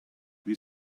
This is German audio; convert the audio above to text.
wir